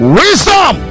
wisdom